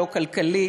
לא כלכלית,